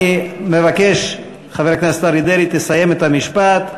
אני מבקש שתסיים את המשפט,